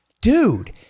dude